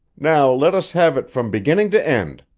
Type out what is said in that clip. now let us have it from beginning to end!